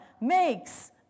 makes